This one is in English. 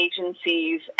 agencies